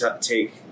take